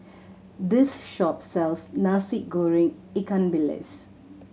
this shop sells Nasi Goreng ikan bilis